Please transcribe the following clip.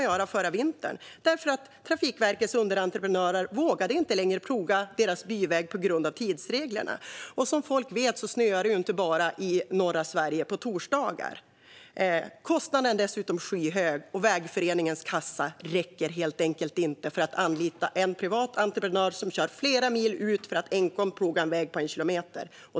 Trafikverkets underentreprenörer vågade inte längre ploga deras byväg på grund av tidsreglerna. Som folk vet snöar det inte bara på torsdagar i norra Sverige. Kostnaden är dessutom skyhög, och vägföreningens kassa räcker helt enkelt inte för att anlita en privat entreprenör som kör flera mil enkom för att ploga en väg på en kilometer.